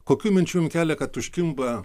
kokių minčių jum kelia kad užkimba